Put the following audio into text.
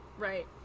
Right